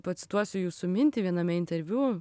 pacituosiu jūsų mintį viename interviu